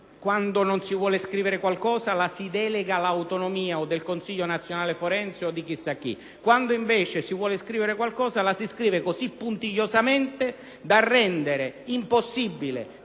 quando non si vuole scrivere qualcosa, la si delega all'autonomia del Consiglio nazionale forense o di chissà chi; mentre quando si vuole scrivere qualcosa lo si fa così puntigliosamente da rendere impossibile